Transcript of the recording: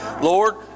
Lord